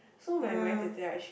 ya